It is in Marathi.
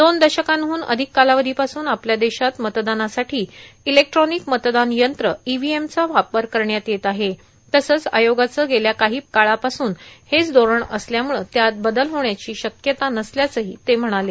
दोन दशकांहून अर्धिक कालावधीपासून आपल्या देशात मतदानासाठो इलेक्ट्रॉनिक मतदान यंत्र ईव्होएमचा वापर करण्यात येत आहे तसंच आयोगाचं गेल्या काही काळापासून हेच धोरण असल्यामुळं त्यात बदल होण्याची शक्यता नसल्याचंही ते म्हणाले